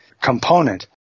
component